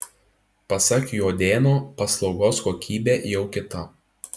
pasak juodėno paslaugos kokybė jau kita